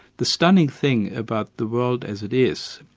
the stunning thing about the world as it is,